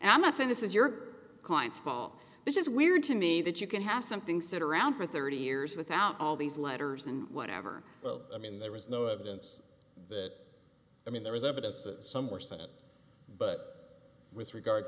i'm not saying this is your client's call this is weird to me that you can have something sit around for thirty years without all these letters and whatever well i mean there was no evidence that i mean there was evidence that some were senate but with regard